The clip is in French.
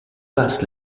passe